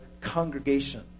congregation